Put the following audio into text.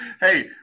hey